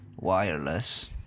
wireless